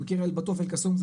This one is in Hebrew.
בטוף אל קאסום,